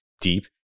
deep